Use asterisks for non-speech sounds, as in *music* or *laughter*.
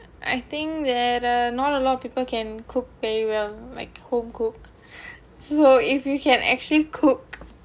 I think that uh not a lot of people can cook very well like home cook *laughs* so if you can actually cook